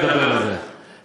אין לך פה טענה לשר כחלון,